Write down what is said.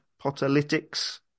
Potalytics